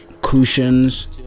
cushions